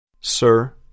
Sir